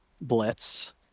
Blitz